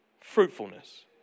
fruitfulness